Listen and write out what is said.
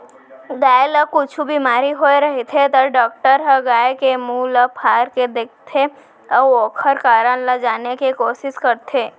गाय ल कुछु बेमारी होय रहिथे त डॉक्टर ह गाय के मुंह ल फार के देखथें अउ ओकर कारन ल जाने के कोसिस करथे